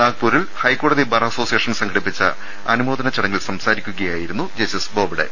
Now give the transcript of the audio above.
നാഗ്പൂരിൽ ഹൈക്കോടതി bar association സംഘടിപ്പിച്ച അനു മോദന ചടങ്ങിൽ സംസാരിക്കുകയായിരുന്നു ജസ്റ്റിസ് ബോബ്ഡെ